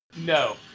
No